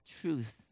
truth